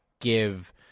give